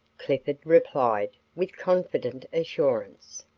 clifford replied, with confident assurance.